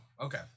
okay